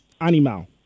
animal